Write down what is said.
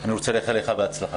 אני רוצה לאחל לך בהצלחה.